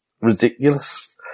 ridiculous